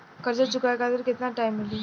कर्जा चुकावे खातिर केतना टाइम मिली?